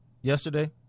Yesterday